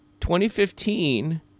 2015